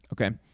okay